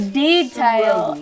detail